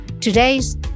Today's